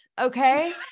Okay